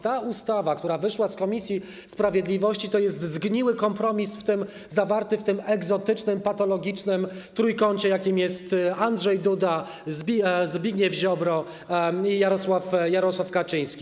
Ta ustawa, która wyszła z komisji sprawiedliwości, to jest zgniły kompromis zawarty w tym egzotycznym, patologicznym trójkącie, jakim jest Andrzej Duda, Zbigniew Ziobro i Jarosław Kaczyński.